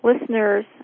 listeners